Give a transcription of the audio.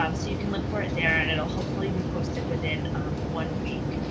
um so you can look for it there and it'll hopefully be posted within one week.